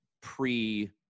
pre